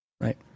right